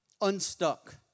Unstuck